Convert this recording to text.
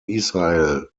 israel